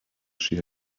she